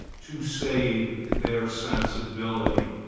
to save their sensibility.